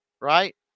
right